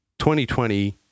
2020